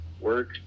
work